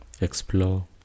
Explore